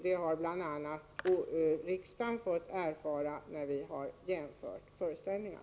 Det har bl.a. vi riksdagsledamöter fått erfara, när vi har jämfört föreställningar.